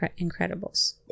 Incredibles